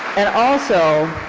and also,